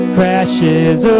crashes